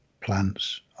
plants